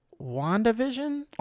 WandaVision